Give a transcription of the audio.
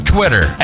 Twitter